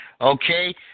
Okay